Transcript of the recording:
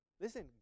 Listen